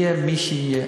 יהיה מי שיהיה.